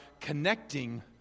connecting